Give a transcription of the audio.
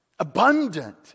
Abundant